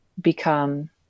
become